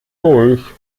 durch